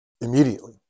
immediately